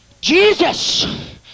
Jesus